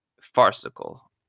farcical